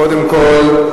קודם כול,